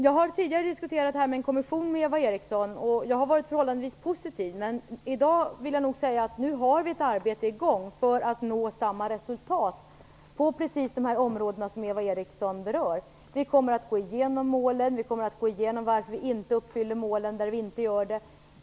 Jag har tidigare diskuterat frågan om en kommission med Eva Eriksson, och jag har då varit förhållandevis positiv. Men i dag vill jag säga att vi nu har ett arbete i gång för att nå samma resultat på precis de områden som Eva Eriksson berör. Vi kommer att gå igenom målen. Vi kommer att gå igenom varför vi inte uppfyller dem där vi inte gör det.